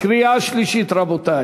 קריאה שלישית, רבותי.